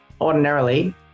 ordinarily